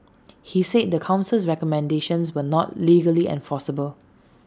he said the Council's recommendations were not legally enforceable